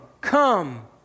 come